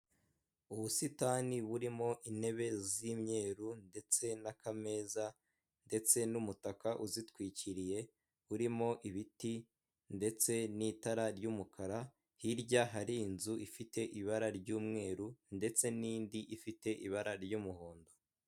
Kampani iherereye mu mujyi wa Kigali ikoresha ikoranabuhanga yubatse neza iteye amarangi y'umweru, ifite ibirahuri bisa neza mu mbuga yazo hari pasiparume n'indabyo zindi nziza cyane hepfo hari ibiti birebire.